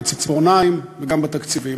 בציפורניים וגם בתקציבים.